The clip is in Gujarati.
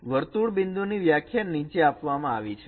તેથી વર્તુળ બિંદુની વ્યાખ્યા નીચે આપવામાં આવેલી છે